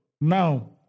Now